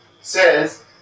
says